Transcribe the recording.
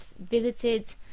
visited